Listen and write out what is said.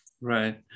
Right